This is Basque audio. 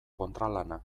kontralana